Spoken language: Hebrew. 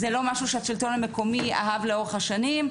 זה לא משהו שהשלטון המקומי אהב לאורך השנים.